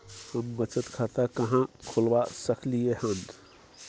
हम बचत खाता कहाॅं खोलवा सकलिये हन?